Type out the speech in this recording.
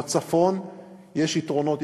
בצפון יש יתרונות,